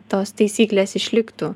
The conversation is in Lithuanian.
tos taisyklės išliktų